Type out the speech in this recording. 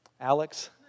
Alex